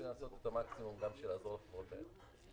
לעשות את המקסימום גם בשביל לעזור לחברות האלה.